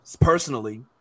personally